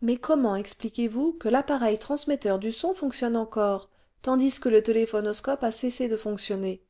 mais comment expliquez-vous que l'appareil transmetteur du son fonctionne encore tandis que le téléphonoscope a cessé de fonctionner